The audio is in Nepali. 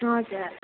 हजुर